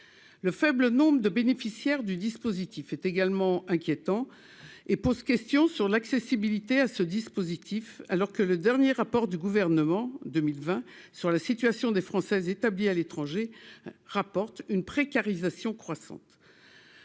le faible nombre de bénéficiaires du dispositif est également inquiétant et pose question sur l'accessibilité à ce dispositif, alors que le dernier rapport du gouvernement 2020 sur la situation des français établis à l'étranger, rapporte une précarisation croissante